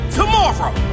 tomorrow